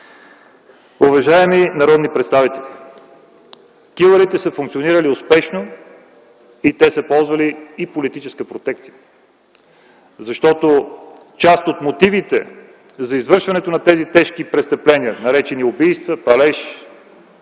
Уважаеми народни представители, ”Килърите” са функционирали успешно и те са ползвали политическа протекция. Защото част от мотивите за извършването на тези тежки престъпления, наречени убийства, палеж,